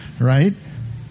right